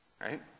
right